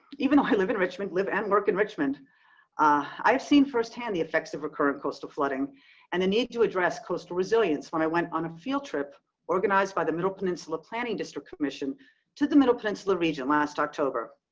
even though i live in richmond live and work in richmond, v'lent lassiter i've seen firsthand the effects of recurrent coastal flooding and the need to address coastal resilience when i went on a field trip organized by the middle peninsula planning district commission to the middle peninsula region last october.